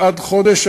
עד חודש,